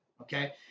okay